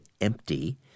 empty